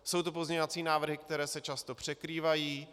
Jsou to pozměňovací návrhy, které se často překrývají.